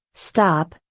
stop,